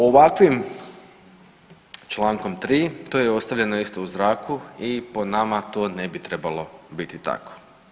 Ovakvim čl. 3., to je ostavljeno isto u zraku i po nama to ne bi trebalo biti tako.